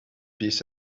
peace